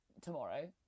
tomorrow